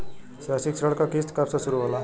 शैक्षिक ऋण क किस्त कब से शुरू होला?